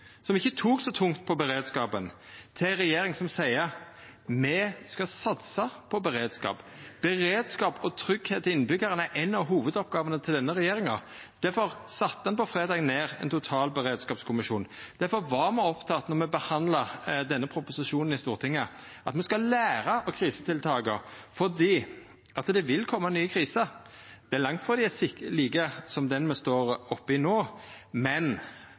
som ikkje tok beredskapen så tungt, til ei regjering som seier: Me skal satsa på beredskap. Beredskap og tryggleik til innbyggjarane er ei av hovudoppgåvene til denne regjeringa. Difor sette ein på fredag ned ein totalberedskapskommisjon. Difor var me opptekne av, då me behandla denne proposisjonen i Stortinget, at me skal læra av krisetiltaka, for det vil koma nye kriser. Det er langt frå sikkert at dei vil vera like som den me står oppe i no, men